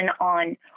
on